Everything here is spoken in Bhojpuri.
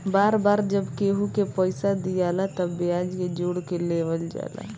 बार बार जब केहू के पइसा दियाला तब ब्याज के जोड़ के लेवल जाला